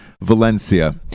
Valencia